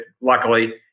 luckily